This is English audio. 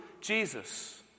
Jesus